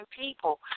people